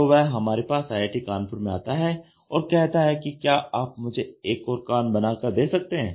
तो वह हमारे पास आईआईटी कानपुर में आता है और कहता है कि क्या आप मुझे एक और कान बनाकर दे सकते हैं